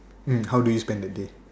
mm how do you spend the day